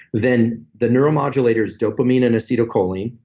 then the neuromodulator dopamine and acetylcholine,